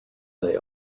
they